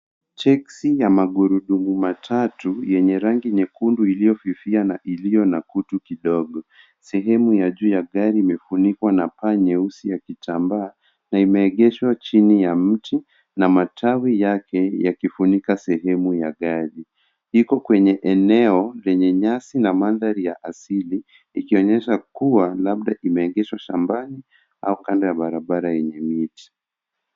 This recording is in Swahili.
Teksi ya magurudumu matatu yenye rangi nyekundu iliyofifia na iliyo na kutu kidogo. Sehemu ya juu ya gari imefunikwa na paa nyeusi ya kitambaa na imeegeshwa chini ya mti na matawi yake yakifunika sehemu ya gari. Iko kwenye eneo lenye nyasi na mandhari ya asili ikionyesha kuwa labda kimeegeshwa shambani au kando ya barabara yenye miti.